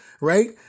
right